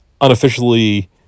unofficially